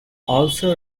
also